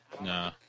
Nah